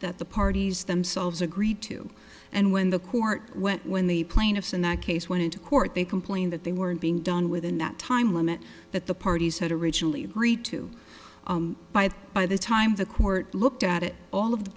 that the parties themselves agreed to and when the court went when the plaintiffs in that case went to court they complained that they weren't being done within that time limit that the parties had originally read to by and by the time the court looked at it all of the